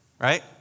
right